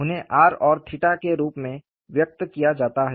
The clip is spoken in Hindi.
उन्हें r और 𝜭 के रूप में व्यक्त किया जाता है